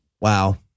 Wow